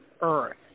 earth